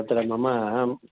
तत्र मम